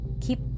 keep